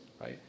Right